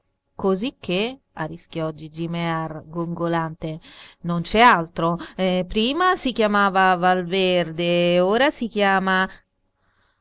cosicché arrischiò gigi mear gongolante non c'è altro prima si chiamava valverde e ora si chiama